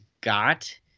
got